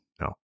no